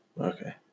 Okay